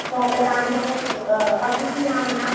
छा त तव्हां जो अ अघु कीअं आहे मना